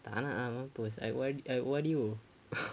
a'ah mampus I O_R~ I O_R_D loh